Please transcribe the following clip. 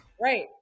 right